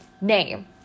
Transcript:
name